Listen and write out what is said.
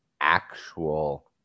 actual